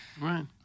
Right